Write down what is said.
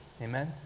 Amen